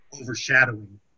overshadowing